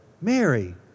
Mary